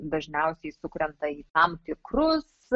dažniausiai sukrenta į tam tikrus